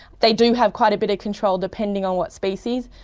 they do have quite a bit of control, depending on what species.